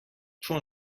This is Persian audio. چون